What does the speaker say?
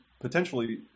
potentially